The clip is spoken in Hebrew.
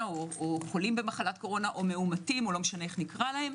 או מאומתים או לא משנה איך נקרא להם,